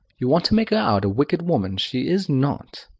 you want to make her out a wicked woman. she is not!